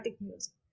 music